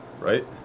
Right